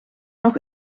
nog